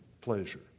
pleasure